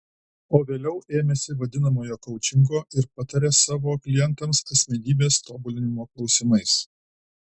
o vėliau ėmėsi vadinamojo koučingo ir pataria savo klientams asmenybės tobulinimo klausimais